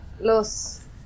los